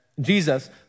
Jesus